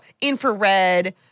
infrared